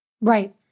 Right